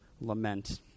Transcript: lament